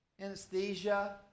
anesthesia